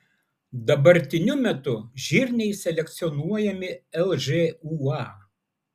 dabartiniu metu žirniai selekcionuojami lžūa